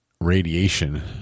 radiation